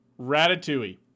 Ratatouille